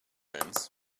fence